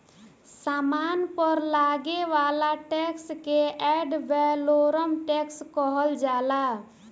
सामान पर लागे वाला टैक्स के एड वैलोरम टैक्स कहल जाला